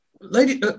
lady